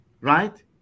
right